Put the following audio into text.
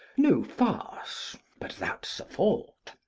no farce but that's a fault.